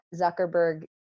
Zuckerberg